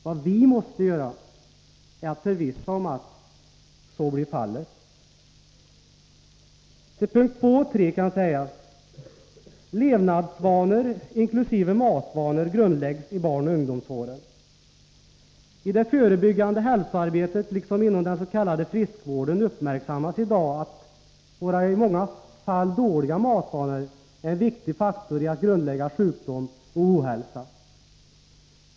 Vad vi måste förvissa oss om är att så blir fallet. Till punkterna 2 och 3 kan sägas att levnadsvanor inkl. matvanor grundläggs i barnoch ungdomsåren. I det förebyggande hälsoarbetet liksom inom den s.k. friskvården uppmärksammas i dag att våra i många fall dåliga matvanor är en viktig faktor när sjukdom och ohälsa grundläggs.